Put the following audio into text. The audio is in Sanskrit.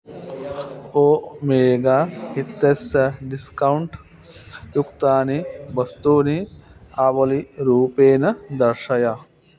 ओमेगा इत्यस्य डिस्कौण्ट् युक्तानि वस्तूनि आवलीरूपेण दर्शय